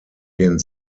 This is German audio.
den